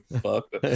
fuck